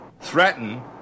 threaten